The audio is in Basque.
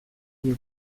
digu